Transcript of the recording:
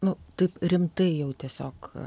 nu taip rimtai jau tiesiog